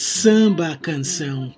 samba-canção